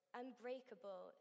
unbreakable